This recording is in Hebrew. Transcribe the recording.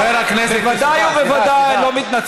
חבר הכנסת, אני בוודאי ובוודאי לא מתנצל.